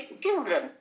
children